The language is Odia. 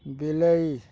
ବିଲେଇ